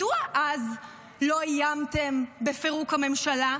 מדוע אז לא איימתם בפירוק הממשלה?